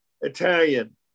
Italian